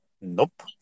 Nope